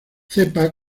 cepa